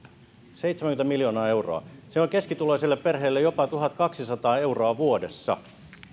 seitsemänkymmentä miljoonaa euroa se on keskituloiselle perheelle jopa tuhatkaksisataa euroa vuodessa